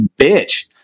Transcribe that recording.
bitch